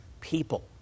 people